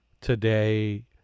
today